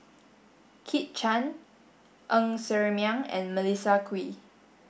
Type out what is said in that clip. Kit Chan Ng Ser Miang and Melissa Kwee